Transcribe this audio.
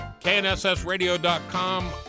knssradio.com